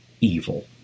evil